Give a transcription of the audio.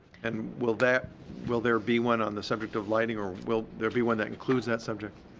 and will that will there be one on the subject of lighting, or will there be one that includes that subject?